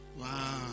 wow